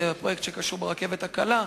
והפרויקט שקשור ברכבת הקלה,